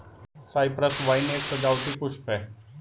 Cyprus vine एक सजावटी पुष्प है